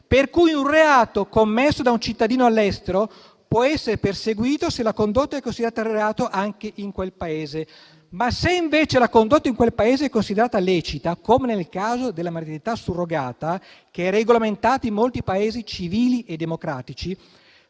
per cui un reato commesso da un cittadino all'estero può essere perseguito se la condotta è considerata reato anche in quel Paese. Se invece la condotta in quel Paese è considerata lecita, come nel caso della maternità surrogata, che è regolamentata in molti Paesi civili e democratici,